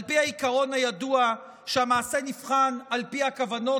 על פי העיקרון הידוע שהמעשה נבחן על פי הכוונות,